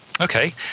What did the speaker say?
Okay